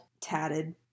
tatted